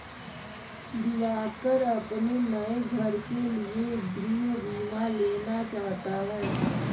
दिवाकर अपने नए घर के लिए गृह बीमा लेना चाहता है